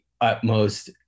utmost